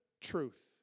truth